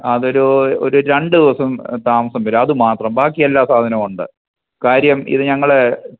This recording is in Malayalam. അതൊരൂ ഒരു രണ്ട് ദിവസം താമസം വരും അത് മാത്രം ബാക്കിയെല്ലാ സാധനവും ഉണ്ട് കാര്യം ഇത് ഞങ്ങൾ